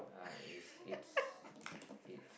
uh it's it's it's